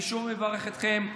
אני שוב מברך אתכם,